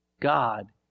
God